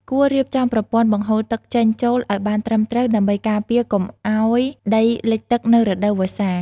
គួររៀបចំប្រព័ន្ធបង្ហូរទឹកចេញចូលឱ្យបានត្រឹមត្រូវដើម្បីការពារកុំឱ្យដីលិចទឹកនៅរដូវវស្សា។